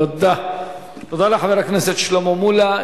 תודה לחבר הכנסת שלמה מולה.